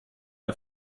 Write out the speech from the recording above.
der